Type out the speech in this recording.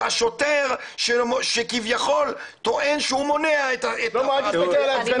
זה השוטר שכביכול טוען שהוא מונע את ההפרעה לסדר